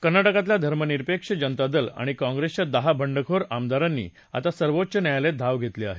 कर्नाटकातल्या धर्मनिरपेक्ष जनता दल आणि काँप्रेसच्या दहा बंडखोर आमदारांनी आता सर्वोच्च न्यायालयात धाव घेतली आहे